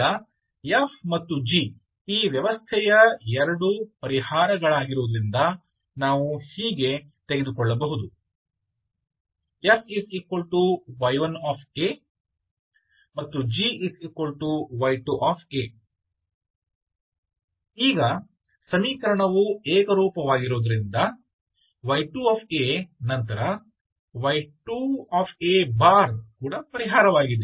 ಈಗ f ಮತ್ತು g ಈ ವ್ಯವಸ್ಥೆಯ 2 ಪರಿಹಾರಗಳಾಗಿರುವುದರಿಂದ ನಾವು ಹೀಗೆ ತೆಗೆದುಕೊಳ್ಳಬಹುದು f y1 ಮತ್ತು g y2 ಈಗ ಸಮೀಕರಣವು ಏಕರೂಪವಾಗಿರುವುದರಿಂದ y2 a ನಂತರ y2 a ಕೂಡ ಪರಿಹಾರವಾಗಿದೆ